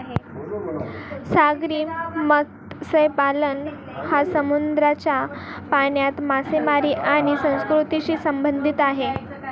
सागरी मत्स्यपालन हा समुद्राच्या पाण्यात मासेमारी आणि संस्कृतीशी संबंधित आहे